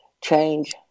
change